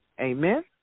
Amen